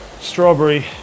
strawberry